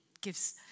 gives